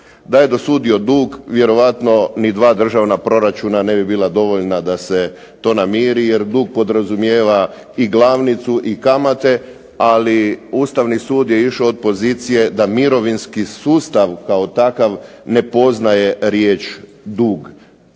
DA je dosudio dug vjerojatno ni dva državna proračuna ne bi bila dovoljna da se to namiri jer dug podrazumijeva i glavnicu i kamate ali Ustavni sud je išao od pozicije da mirovinski sustav kao takav ne poznaje riječ dug.